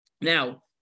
Now